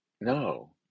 no